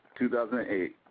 2008